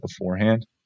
beforehand